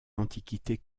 antiquités